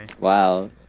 Wow